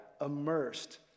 immersed